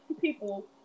people